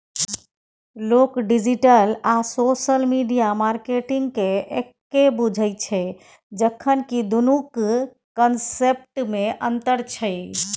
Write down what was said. लोक डिजिटल आ social media मार्केटिंगकेँ एक्के बुझय छै जखन कि दुनुक कंसेप्टमे अंतर छै